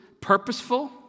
purposeful